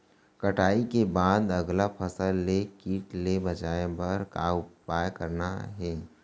कटाई के बाद अगला फसल ले किट ले बचाए बर का उपाय करना हे?